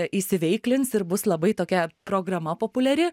įsiveiklins ir bus labai tokia programa populiari